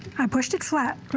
i proceed flat.